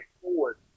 forward